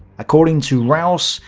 according to raus,